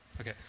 Okay